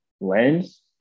Lens